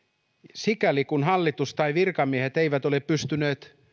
sikäli kuin hallitus tai virkamiehet eivät ole pystyneet